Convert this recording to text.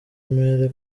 mpere